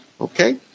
Okay